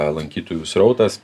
lankytojų srautas